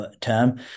term